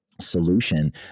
solution